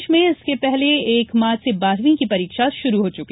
प्रदेश में इसके पहले एक मार्च से बारहवीं की परीक्षा शुरु हुई